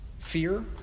Fear